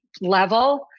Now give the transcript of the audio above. level